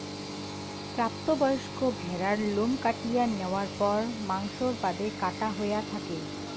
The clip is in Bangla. প্রাপ্ত বয়স্ক ভ্যাড়ার লোম কাটিয়া ন্যাওয়ার পর মাংসর বাদে কাটা হয়া থাকে